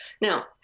Now